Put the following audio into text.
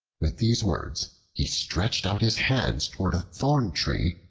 with these words he stretched out his hands toward a thorn-tree,